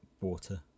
water